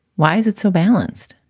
why is it so balanced?